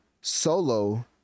solo